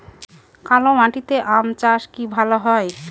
কালো মাটিতে আম চাষ কি ভালো হয়?